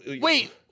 Wait